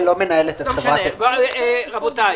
רבותיי,